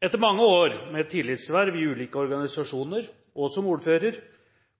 Etter mange år med tillitsverv i ulike organisasjoner og som ordfører